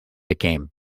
became